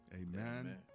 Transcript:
amen